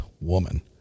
woman